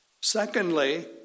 Secondly